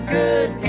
good